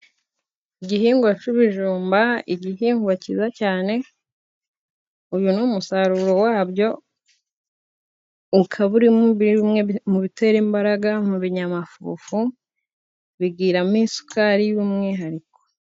Igihingwa cy'ibijumba igihingwa cyiza cyane uyu ni umusaruro wabyo ukaba uri muri bimwe mu bitera imbaraga mu binyamafufu bigiramo isukari y'umwihariko.